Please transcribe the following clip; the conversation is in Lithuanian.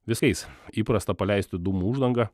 visais įprasta paleisti dūmų uždangą